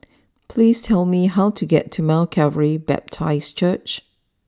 please tell me how to get to Mount Calvary Baptist Church